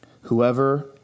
Whoever